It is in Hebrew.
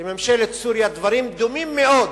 לממשלת סוריה דברים דומים מאוד,